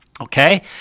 Okay